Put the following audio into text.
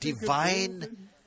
divine